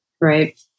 Right